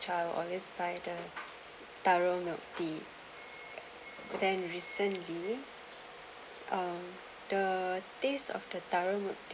cha I always buy the taro milk tea but then recently uh the this of the taro milk